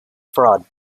fraud